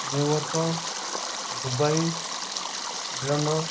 New York Dubai England